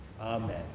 Amen